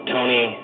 Tony